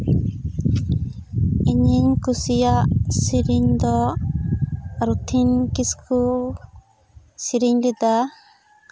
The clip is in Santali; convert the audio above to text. ᱤᱧᱤᱧ ᱠᱩᱥᱤᱭᱟᱜ ᱥᱮᱨᱮᱧ ᱫᱚ ᱨᱩᱛᱷᱤᱱ ᱠᱤᱥᱠᱩ ᱥᱮᱨᱮᱧ ᱞᱮᱫᱟ